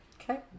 Okay